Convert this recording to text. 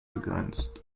begrenzt